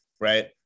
right